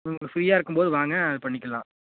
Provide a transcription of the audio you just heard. உங்களுக்கு ஃப்ரீயாக இருக்கும்போது வாங்க பண்ணிக்கலாம்